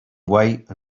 white